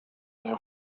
know